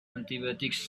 antibiotics